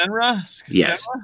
Yes